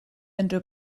unrhyw